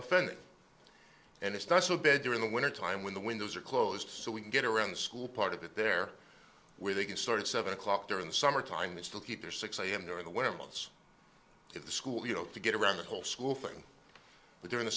offended and it's not so bad during the wintertime when the windows are closed so we can get around the school part of it there where they can start at seven o'clock during the summer time they still keep their six am during the winter months at the school you know to get around the whole school thing but during the